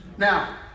Now